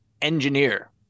engineer